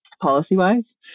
policy-wise